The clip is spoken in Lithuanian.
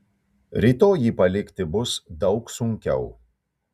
rytoj jį palikti bus daug sunkiau